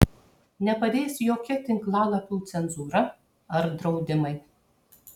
nepadės jokia tinklalapių cenzūra ar draudimai